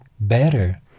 better